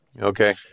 Okay